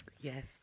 Yes